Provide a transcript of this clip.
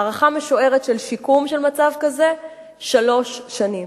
הערכה משוערת של שיקום במצב כזה היא שלוש שנים.